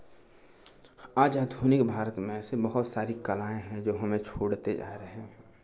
आज आधुनिक भारत में ऐसी बहुत सारी कलाएं हैं जो हमें छोड़ते जा रहे हैं